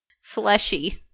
Fleshy